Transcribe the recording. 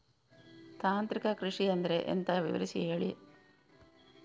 ತಾಂತ್ರಿಕ ಕೃಷಿ ಅಂದ್ರೆ ಎಂತ ವಿವರಿಸಿ ಹೇಳಿ